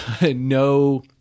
no